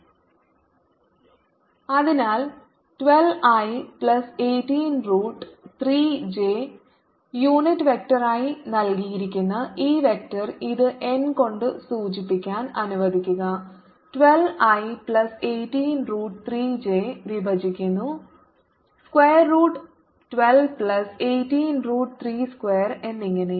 fxy36 fxyx∂xy∂yz∂zfxy8xi18yj fxy|32312i183j അതിനാൽ 12 i plus 18 root 3 j unit വെക്റ്ററായി നൽകിയിരിക്കുന്ന ഈ വെക്റ്റർ ഇത് n കൊണ്ട് സൂചിപ്പിക്കാൻ അനുവദിക്കുക 12 i പ്ലസ് 18 റൂട്ട് 3 j വിഭജിക്കുന്നു square root 12 plus 18 root 3 square എന്നിങ്ങനെ